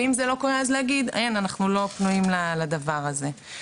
ואם זה לא קורה אז להגיד שלא פנויים לדבר הזה.